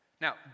Now